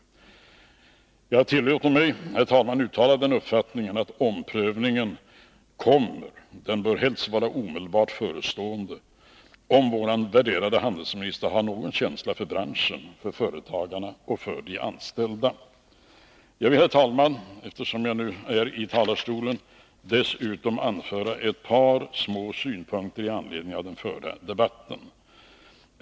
Jag tillåter mig, herr talman, uttala den uppfattningen att omprövningen kommer. Den bör helst vara omedelbart förestående, om vår värderade handelsminister har någon känsla för branschen, företagarna och de anställda. Herr talman! Eftersom jag är i talarstolen, vill jag dessutom anföra ett par synpunkter med anledning av den förda debatten.